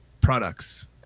products